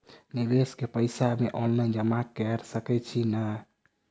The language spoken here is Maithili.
निवेश केँ पैसा मे ऑनलाइन जमा कैर सकै छी नै?